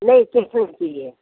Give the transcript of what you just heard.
नहीं चाहिए